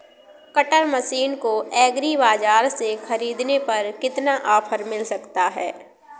Cutter machine को agri Bazaar से ख़रीदने पर कितना ऑफर मिल सकता है?